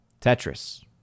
Tetris